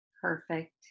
Perfect